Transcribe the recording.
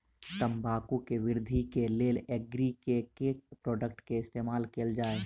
तम्बाकू केँ वृद्धि केँ लेल एग्री केँ के प्रोडक्ट केँ इस्तेमाल कैल जाय?